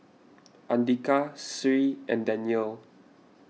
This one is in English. andika Sri and Danial